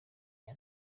aya